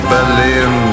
Berlin